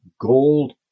gold